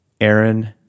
Aaron